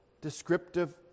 descriptive